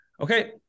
Okay